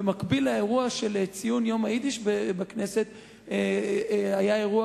במקביל לאירוע של ציון יום היידיש בכנסת היה אירוע